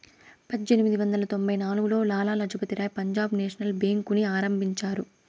పజ్జేనిమిది వందల తొంభై నాల్గులో లాల లజపతి రాయ్ పంజాబ్ నేషనల్ బేంకుని ఆరంభించారు